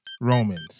Romans